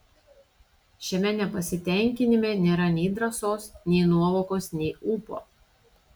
šiame nepasitenkinime nėra nei drąsos nei nuovokos nei ūpo